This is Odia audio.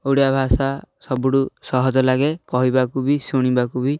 ଓଡ଼ିଆ ଭାଷା ସବୁଠୁ ସହଜ ଲାଗେ କହିବାକୁ ବି ଶୁଣିବାକୁ ବି